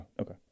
Okay